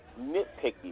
nitpicky